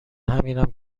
همینم